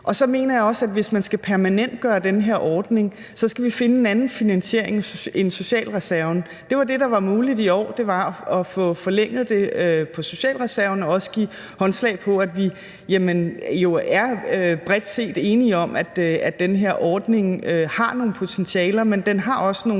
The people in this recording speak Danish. Så mener jeg også, at hvis man skal permanentgøre den her ordning, skal vi finde en anden finansiering end socialreserven. Det var det, der var muligt i år, altså at få forlænget det på socialreserven og også give håndslag på, at vi jo bredt set er enige om, at den her ordning har nogle potentialer – men den har også nogle